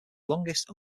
longest